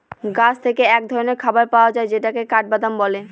গাছ থেকে এক ধরনের খাবার পাওয়া যায় যেটাকে কাঠবাদাম বলে